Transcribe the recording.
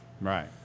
Right